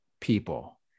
people